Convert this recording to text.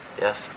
Yes